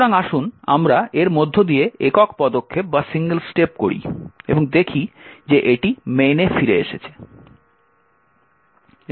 সুতরাং আসুন আমরা এর মধ্য দিয়ে একক পদক্ষেপ করি এবং দেখি যে এটি main এ ফিরে এসেছে